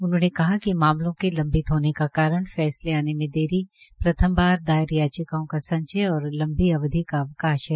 उन्होंने कहा कि मामलों के लंम्बित होने का कारण फैसले में देरी प्रथम बार दायर याचिकाओं का संचय और लम्बी अवधि का अवकाश है